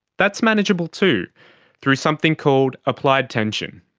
that's manageable too through something called applied tension.